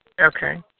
Okay